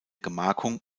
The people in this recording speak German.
gemarkung